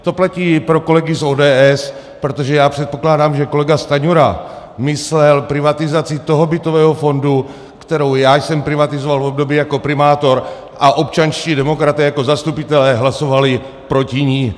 To platí i pro kolegy z ODS, protože já předpokládám, že kolega Stanjura myslel privatizaci toho bytového fondu, kterou já jsem privatizoval v období jako primátor, a občanští demokraté jako zastupitelé hlasovali proti ní.